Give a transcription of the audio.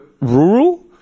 rural